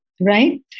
right